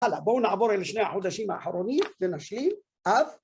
‫הלאה, בואו נעבור אל שני החודשים ‫האחרונים, לנשים , אב.